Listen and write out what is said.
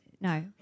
no